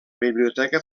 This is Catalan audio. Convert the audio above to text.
biblioteca